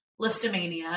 Listomania